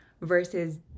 versus